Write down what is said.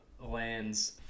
lands